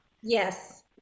Yes